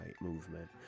movement